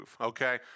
Okay